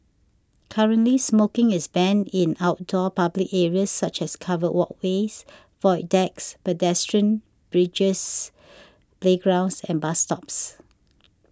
currently smoking is banned in outdoor public areas such as covered walkways void decks pedestrian bridges playgrounds and bus stops